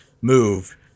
move